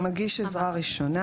"מגיש שעזרה ראשונה"